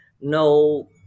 no